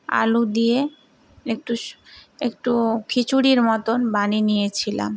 আলু দিয়ে একটু সু একটু খিচুড়ির মতন বানিয়ে নিয়েছিলাম